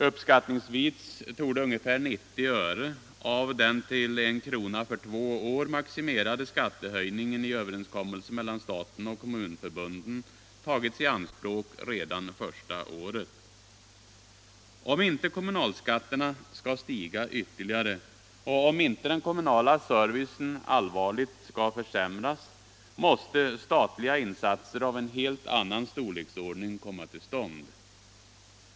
Uppskattningsvis torde ungefär 90 öre av den till en krona för två år maximerade skattehöjningen i överenskommelsen mellan staten och kommunförbunden ha tagits i anspråk redan första året. Om inte kommunalskatterna skall stiga ytterligare och om inte den kommunala servicen allvarligt skall försämras, måste statliga insatser av en helt annan storleksordning komma till stånd.